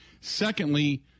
Secondly